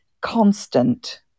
constant